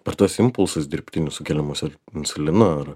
per tuos impulsus dirbtinius sukeliamus ir insulinu ar